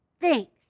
Thanks